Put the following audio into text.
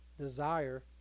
desire